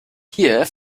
kiew